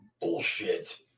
Bullshit